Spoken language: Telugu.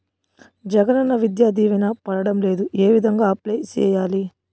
జగనన్న విద్యా దీవెన పడడం లేదు ఏ విధంగా అప్లై సేయాలి